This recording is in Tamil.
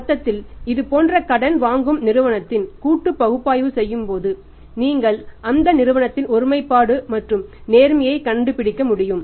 மொத்தத்தில் இதுபோன்ற கடன் வாங்கும் நிறுவனத்தின் கூட்டு பகுப்பாய்வு செய்யும்போது நீங்கள் அந்த நிறுவனத்தின் ஒருமைப்பாடு மற்றும் நேர்மையை கண்டுபிடிக்க முடியும்